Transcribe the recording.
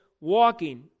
walking